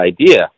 idea